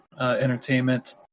Entertainment